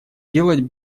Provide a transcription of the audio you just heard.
делать